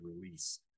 release